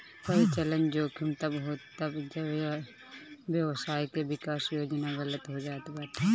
परिचलन जोखिम तब होत हवे जब व्यवसाय के विकास योजना गलत हो जात बाटे